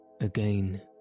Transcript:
Again